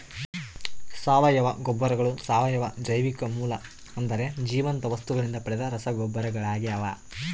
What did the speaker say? ಸಾವಯವ ಗೊಬ್ಬರಗಳು ಸಾವಯವ ಜೈವಿಕ ಮೂಲ ಅಂದರೆ ಜೀವಂತ ವಸ್ತುಗಳಿಂದ ಪಡೆದ ರಸಗೊಬ್ಬರಗಳಾಗ್ಯವ